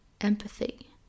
empathy